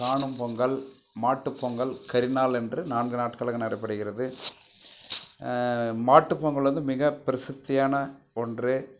காணும் பொங்கல் மாட்டுப் பொங்கல் கறி நாள் என்று நான்கு நாட்களுக்கு நடைபெறுகிறது மாட்டுப் பொங்கல் வந்து மிக பிரசித்தியான ஒன்று